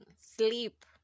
Sleep